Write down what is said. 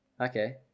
Okay